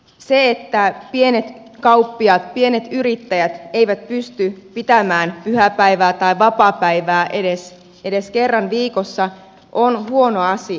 se että pienet kauppiaat pienet yrittäjät eivät pysty pitämään pyhäpäivää tai vapaapäivää edes kerran viikossa on huono asia